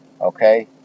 Okay